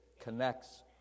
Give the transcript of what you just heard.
connects